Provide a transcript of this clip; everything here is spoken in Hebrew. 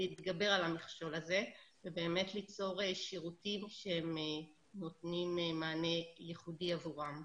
להתגבר על המכשול הזה וליצור שירותים שנותנים מענה ייחודי עבורם.